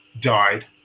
died